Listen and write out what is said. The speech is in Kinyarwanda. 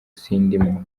sindimwo